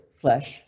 flesh